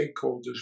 stakeholders